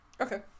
Okay